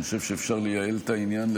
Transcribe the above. אני חושב שאפשר לייעל את העניין,